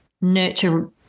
nurture